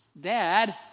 dad